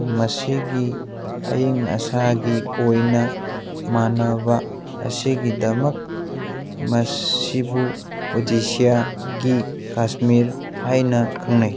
ꯃꯁꯤꯒꯤ ꯑꯏꯪ ꯑꯁꯥꯒꯤ ꯑꯣꯏꯅ ꯃꯥꯟꯅꯕ ꯑꯁꯤꯒꯤꯗꯃꯛ ꯃꯁꯤꯕꯨ ꯎꯗꯤꯁꯥꯒꯤ ꯀꯥꯁꯃꯤꯔ ꯍꯥꯏꯅ ꯈꯪꯅꯩ